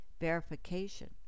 verification